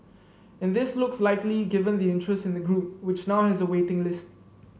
and this looks likely given the interest in the group which now has a waiting list